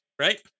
right